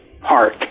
park